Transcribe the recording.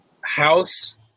house